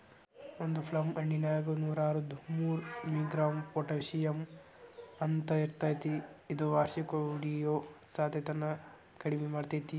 ಒಂದು ಪ್ಲಮ್ ಹಣ್ಣಿನ್ಯಾಗ ನೂರಾಹದ್ಮೂರು ಮಿ.ಗ್ರಾಂ ಪೊಟಾಷಿಯಂ ಅಂಶಇರ್ತೇತಿ ಇದು ಪಾರ್ಷಿಹೊಡಿಯೋ ಸಾಧ್ಯತೆನ ಕಡಿಮಿ ಮಾಡ್ತೆತಿ